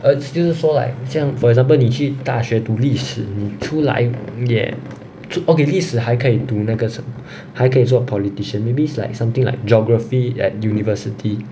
for instance say like for example 你去大学读历史你出来也就 okay 历史还可以读那个什么还可以做 politician maybe it's like something like geography at university